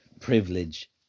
Privilege